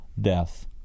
death